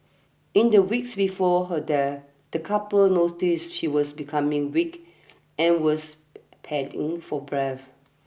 in the weeks before her death the couple noticed she was becoming weak and was panting for breath